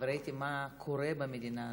וראיתי מה קורה במדינה הזאת,